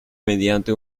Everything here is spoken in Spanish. mediante